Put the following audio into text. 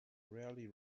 rarely